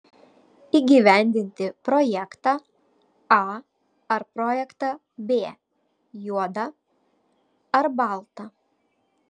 įgyvendinti projektą a ar projektą b juoda ar balta